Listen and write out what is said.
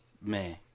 man